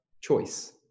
choice